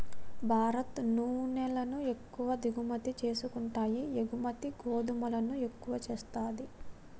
భారత్ నూనెలను ఎక్కువ దిగుమతి చేసుకుంటాయి ఎగుమతి గోధుమలను ఎక్కువ చేస్తది